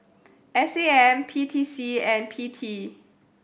S A M P T C and P T